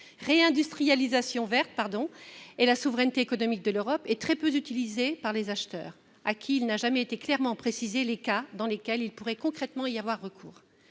la réindustrialisation verte et de la souveraineté économique de l'Europe, est très peu utilisée par les acheteurs, à qui n'ont jamais été clairement précisés les cas dans lesquels ils pourraient concrètement y recourir.